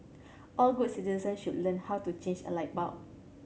all good citizen should learn how to change a light bulb